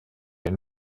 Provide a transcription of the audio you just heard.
ein